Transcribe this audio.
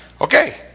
Okay